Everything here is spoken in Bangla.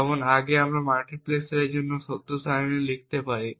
যেমন আগে আমরা এই মাল্টিপ্লেক্সারের জন্য সত্য সারণী লিখতে পারি